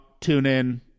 TuneIn